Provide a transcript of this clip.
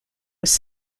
was